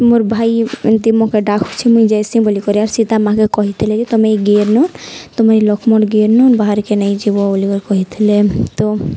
ମୋର୍ ଭାଇ ଏମତି ମୋତେ ଡାକୁଛିି ମୁଇଁ ଯାଏସିଁ ବୋଲି କରି ଆର୍ ସୀତା ମା'କେ କହିଥିଲେ ଯେ ତୁମେ ଗାରନୁ ତୁମେ ଏ ଲକ୍ଷ୍ମଣ ଗାରନୁ ବାହାରକେ ନାଇଁଯିବ ବୋଲିିକରି କହିଥିଲେ ତ